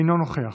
אינו נוכח,